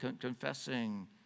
confessing